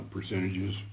percentages